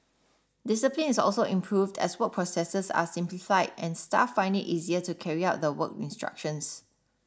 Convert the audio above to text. discipline is also improved as work processes are simplified and staff find it easier to carry out the work instructions